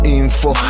info